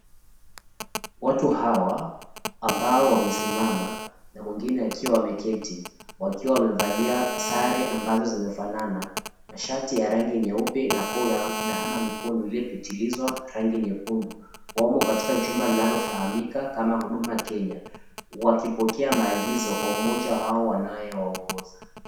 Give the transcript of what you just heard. Watu hawa ambao wamesimama na mwingine akiwa ameketi wakiwa wamevalia sare ambazo zimefanana, mashati ya rangi nyeupe na collar ama mikono iliopitilizwa rangi nyekundu wamo katika chumba linalofahamika kama Huduma Kenya wakipokea maagizo kwa mmoja wa hao anayewaongoza.